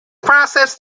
process